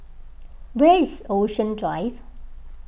where is Ocean Drive